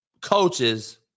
coaches